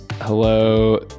Hello